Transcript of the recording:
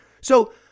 So-